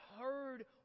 heard